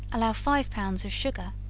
allow five pounds of sugar,